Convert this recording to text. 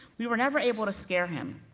we were never able to scare him.